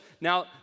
now